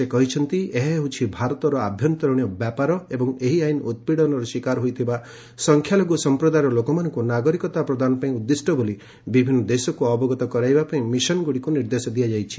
ସେ କହିଛନ୍ତି ଏହା ହେଉଛି ଭାରତର ଆଭ୍ୟନ୍ତରୀଣ ବ୍ୟାପାର ଏବଂ ଏହି ଆଇନ୍ ଉତ୍ପୀଡ଼ନର ଶିକାର ହୋଇଥିବା ସଂଖ୍ୟାଲଘୁ ସମ୍ପ୍ରଦାୟର ଲୋକମାନଙ୍କୁ ନାଗରିକତା ପ୍ରଦାନ ପାଇଁ ଉଦ୍ଦିଷ୍ଟ ବୋଲି ବିଭିନ୍ନ ଦେଶକୁ ଅବଗତ କରାଇବା ପାଇଁ ମିଶନଗୁଡ଼ିକୁ ନିର୍ଦ୍ଦେଶ ଦିଆଯାଇଛି